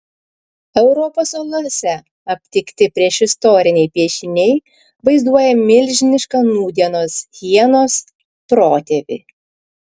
europos olose aptikti priešistoriniai piešiniai vaizduoja milžinišką nūdienos hienos protėvį